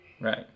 right